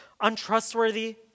untrustworthy